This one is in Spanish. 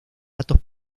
datos